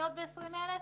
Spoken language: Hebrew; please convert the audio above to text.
להיות ב-20 אלף?